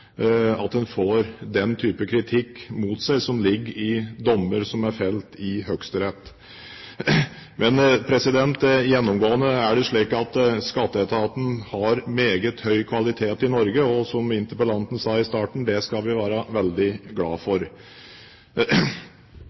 at en får den type kritikk mot seg som ligger i dommer som er felt i Høyesterett. Men gjennomgående er det slik at Skatteetaten i Norge har meget høy kvalitet, og som interpellanten sa i starten, det skal vi være veldig glad for.